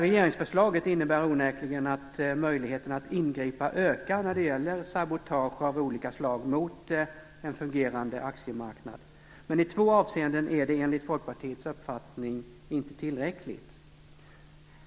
Regeringsförslaget innebär onekligen att möjligheterna att ingripa ökar när det gäller sabotage av olika slag mot en fungerande aktiemarknad. Men i två avseenden är det enligt Folkpartiets uppfattning inte tillräckligt.